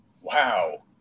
wow